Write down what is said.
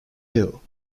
ill